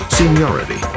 seniority